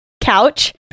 couch